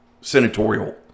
senatorial